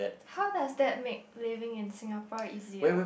how does that make living in Singapore easier